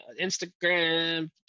Instagram